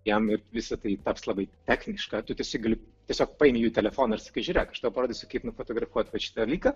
jam ir visa tai taps labai techniška tu tiesiog gali tiesiog paimi jų telefoną ir sakai žiūrėk aš tau parodysiu kaip nufotografuoti vat šitą liką